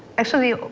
actually,